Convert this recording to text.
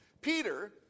Peter